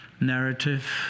narrative